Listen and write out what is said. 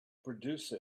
produce